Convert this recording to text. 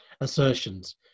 assertions